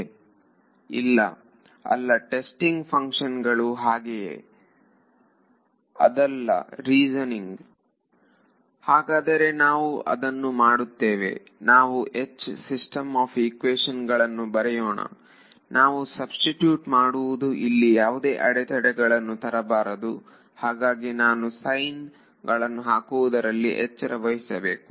ವಿದ್ಯಾರ್ಥಿ ಇಲ್ಲ ಅಲ್ಲ ಟೆಸ್ಟಿಂಗ್ ಫಂಕ್ಷನ್ ಗಳು ಹಾಗೆಯೇ ವಿದ್ಯಾರ್ಥಿ ಅದಲ್ಲ ರೀಸನಿಂಗ್ ಹಾಗಾದರೆ ನಾವು ಅದನ್ನೇ ಮಾಡೋಣ ನಾವು ಸಿಸ್ಟಮ್ ಆಫ್ ಈಕ್ವೇಶನ್ ಗಳನ್ನು ಬರೆಯೋಣ ನಾನು ಸಬ್ಸ್ಟಿಟ್ಯೂಟ್ ಮಾಡುವುದು ಇಲ್ಲಿ ಯಾವುದೇ ಅಡೆತಡೆ ಗಳನ್ನು ತರಬಾರದು ಹಾಗಾಗಿ ನಾನು ಸೈನ್ ಗಳನ್ನು ಹಾಕುವುದರಲ್ಲಿ ಎಚ್ಚರ ವಹಿಸಬೇಕು